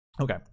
okay